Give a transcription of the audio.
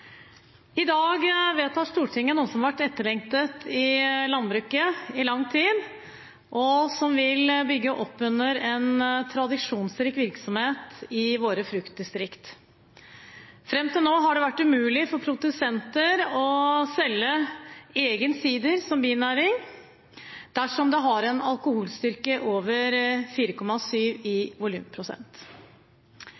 I dag vedtar Stortinget noe som har vært etterlengtet i landbruket i lang tid, og som vil bygge opp under en tradisjonsrik virksomhet i våre fruktdistrikter. Fram til nå har det vært umulig for produsenter å selge egen sider som binæring dersom den har en alkoholstyrke over 4,7 i